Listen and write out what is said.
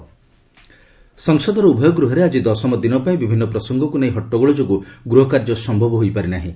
ପାର୍ ଆଡ୍ଜର୍ଣ୍ଣଡ୍ ସଂସଦର ଉଭୟ ଗୃହରେ ଆଜି ଦଶମ ଦିନପାଇଁ ବିଭିନ୍ନ ପ୍ରସଙ୍ଗକୁ ନେଇ ହଟ୍ଟଗୋଳ ଯୋଗୁଁ ଗୃହକାର୍ଯ୍ୟ ସମ୍ଭବ ହୋଇପାରି ନାହିଁ